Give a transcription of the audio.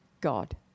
God